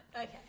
Okay